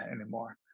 anymore